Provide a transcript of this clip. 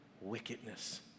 wickedness